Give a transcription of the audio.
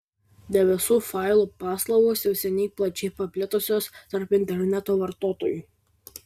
debesų failų paslaugos jau seniai plačiai paplitusios tarp interneto vartotojų